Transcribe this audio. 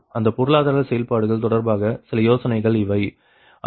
அந்த பொருளாதார செயல்பாடுகள் தொடர்பாக சில யோசனைகள் இவைகள்